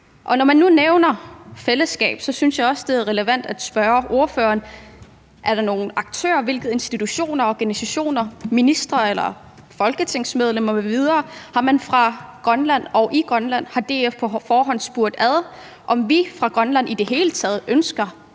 Når man nu nævner fællesskab, synes jeg også, det er relevant at spørge ordføreren, hvilke aktører, institutioner, organisationer, ministre eller folketingsmedlemmer m.v. DF på forhånd har spurgt, om vi fra Grønlands side i det hele taget ønsker